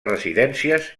residències